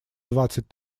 двадцать